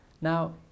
Now